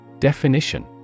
Definition